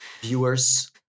viewers